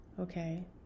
okay